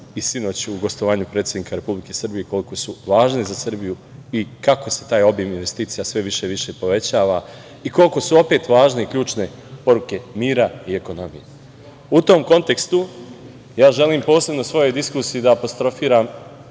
i sinoć u gostovanju predsednika Republike Srbije koliko su važne za Srbiju i kako se taj obim investicija sve više i više povećava i koliko su opet važne ključne poruke mira i ekonomije.U tom kontekstu želim posebno u svojoj diskusiji da apostrofiram,